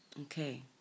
Okay